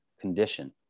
condition